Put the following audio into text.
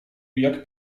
jak